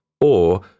or